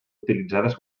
utilitzades